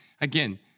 again